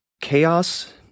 chaos